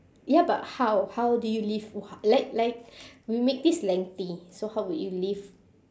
ya but how how do you live ho~ like like we make this lengthy so how would you live